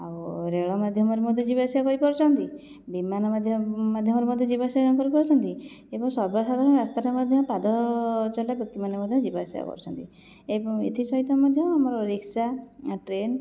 ଆଉ ରେଳ ମାଧ୍ୟମରେ ମଧ୍ୟ ଯିବାଆସିବା କରିପାରୁଛନ୍ତି ବିମାନ ମାଧ୍ୟ ମାଧ୍ଯମରେ ମଧ୍ୟ ଯିବାଆସିବା କରିପାରୁଛନ୍ତି ଏବଂ ସର୍ବସାଧାରଣ ରାସ୍ତାରେ ମଧ୍ୟ ପାଦଚଲା ବ୍ୟକ୍ତିମାନେ ମଧ୍ୟ ଯିବାଆସିବା କରୁଛନ୍ତି ଏବଂ ଏଥିସହିତ ମଧ୍ୟ ଆମର ରିକ୍ସା ଟ୍ରେନ୍